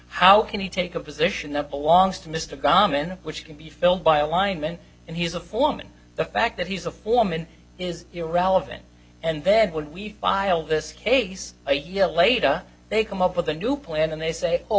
how can he take a position that belongs to mr graham in which can be filled by a lineman and he's a foreman the fact that he's a foreman is irrelevant and then when we file this case a year later they come up with a new plan and they say oh